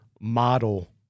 model